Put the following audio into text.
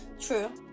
true